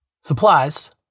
Supplies